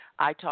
iTalk